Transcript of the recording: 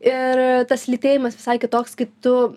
ir tas lytėjimas visai kitoks kai tu